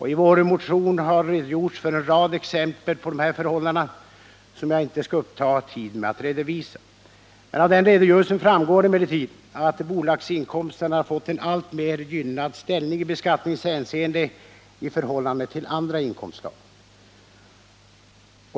I vår motion har vi gett en rad exempel på detta förhållande, som jag inte skall ta upp tiden med att nu redovisa. Av våra exempel framgår emellertid att bolagsinkomsterna har fått en alltmer gynnad ställning i beskattningshänseende i förhållande till andra inkomstslag.